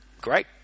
great